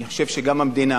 אני חושב שגם המדינה